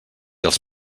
els